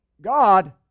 God